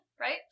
right